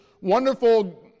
wonderful